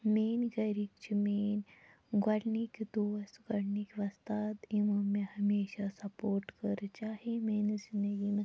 میٛٲنۍ گھرِکۍ چھِ میٛٲنۍ گۄڈٕنِکۍ دوست گۄڈٕنِکۍ وۄستاد یِمو مےٚ ہمیشہ سَپورٹ کوٚر چاہے میٛٲنِس زِندگی منٛز